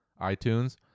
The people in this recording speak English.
itunes